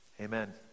amen